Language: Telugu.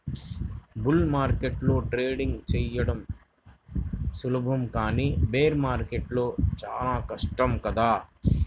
బుల్ మార్కెట్లో ట్రేడింగ్ చెయ్యడం సులభం కానీ బేర్ మార్కెట్లో మాత్రం చానా కష్టం కదా